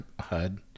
HUD